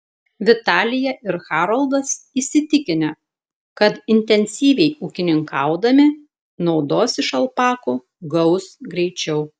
vitalija ir haroldas įsitikinę kad intensyviai ūkininkaudami naudos iš alpakų gaus greičiau